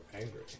angry